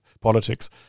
politics